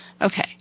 Okay